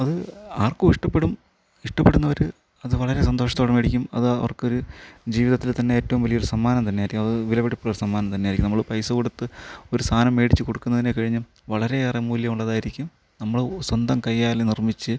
അത് ആർക്കും ഇഷ്ടപെടും ഇഷ്ടപെടുന്നവര് അത് വളരെ സന്തോഷത്തോടെ മേടിക്കും അത് അവർക്കൊരു ജീവിതത്തിൽ തന്നെ ഏറ്റവും വലിയൊരു സമ്മാനം തന്നെയായിരിക്കും അത് വിലപിടിപ്പുള്ള സമ്മാനം തന്നെയായിരിക്കും നമ്മള് പൈസകൊടുത്ത് ഒരുസാധനം മേടിച്ചുകൊടുക്കുന്നതിനെ കഴിഞ്ഞു വളരെ ഏറെ മൂല്യം ഉള്ളതായിരിക്കും നമ്മള് സ്വന്തം കയ്യാലെ നിർമ്മിച്ച്